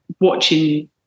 watching